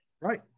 right